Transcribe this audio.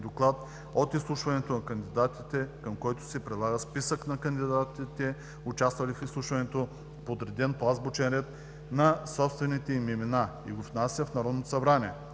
доклад от изслушването на кандидатите, към който се прилага списък на кандидатите, участвали в изслушването, подреден по азбучен ред на собствените им имена, и го внася в Народното събрание.